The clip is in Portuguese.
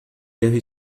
erro